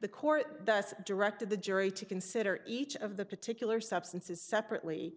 the court thus directed the jury to consider each of the particular substances separately